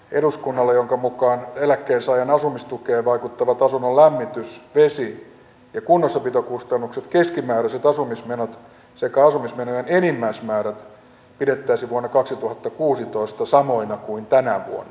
eduskunnalle jonka mukaan eläkkeensaajan asumistukeen vaikuttavat osuman lämmitys vesi ja kunnossapitokustannukset keskimääräiset asumismenot sekä asumismenojen enimmäismäärät pidettäisiin vuonna kaksituhattakuusitoista samoina kuin tänä vuonna